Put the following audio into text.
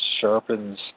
sharpens